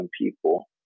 people